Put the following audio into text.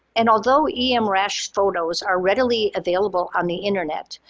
and although em rash photos are readily available on the internet,